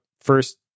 first